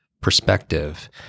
perspective